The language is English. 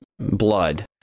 Blood